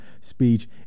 speech